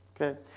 Okay